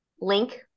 link